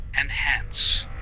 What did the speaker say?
enhance